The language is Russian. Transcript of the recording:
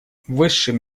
высшим